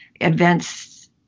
events